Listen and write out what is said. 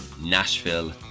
Nashville